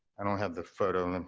i don't have the photo, and